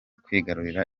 kwigarurira